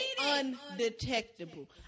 Undetectable